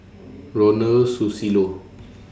Ronald Susilo